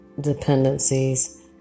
dependencies